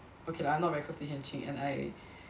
okay lah I not very close to Hian Ching and I